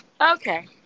Okay